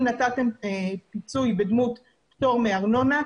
אם נתתם פיצוי בדמות פטור מארנונה,